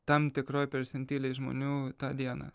tam tikroj persentilėj žmonių tą dieną